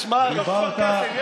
משמר כפר קאסם.